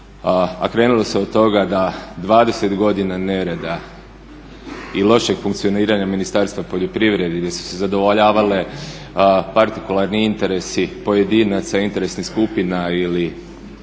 A krenulo se od toga da 20 godina nereda i lošeg funkcioniranja Ministarstva poljoprivrede i da su se zadovoljavale partikularni interesi pojedinaca, interesnih skupina ili